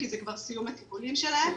כי זה כבר סיום הטיפולים שלהם.